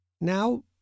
Now